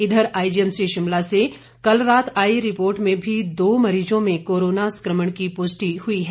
इधर आईजीएमसी शिमला से कल रात आई रिपोर्ट में भी दो मरीजों में कोरोना संक्रमण की पुष्टि हुई है